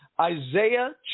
Isaiah